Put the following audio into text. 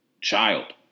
child